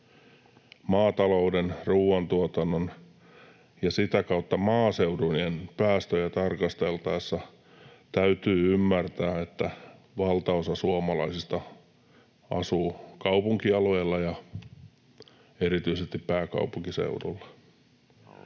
Maatalouden ruoantuotannon ja sitä kautta maaseutujen päästöjä tarkasteltaessa täytyy ymmärtää, että valtaosa suomalaisista asuu kaupunkialueilla ja erityisesti pääkaupunkiseudulla.